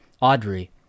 Audrey